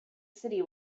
city